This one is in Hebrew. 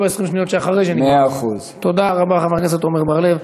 תודה רבה, חבר הכנסת עמר בר-לב.